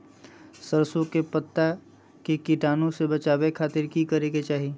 सरसों के पत्ता के कीटाणु से बचावे खातिर की करे के चाही?